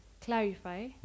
clarify